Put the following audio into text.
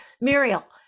Muriel